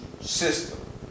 system